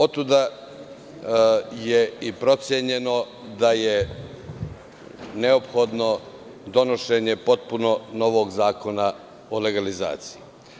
Otuda je i procenjeno da je neophodno donošenje potpuno novog zakona o legalizaciji.